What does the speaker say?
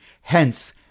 Hence